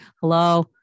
Hello